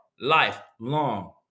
lifelong